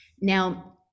Now